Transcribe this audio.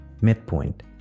midpoint